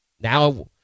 Now